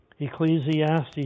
Ecclesiastes